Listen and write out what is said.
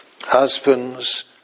Husbands